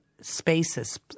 Spaces